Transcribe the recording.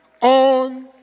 on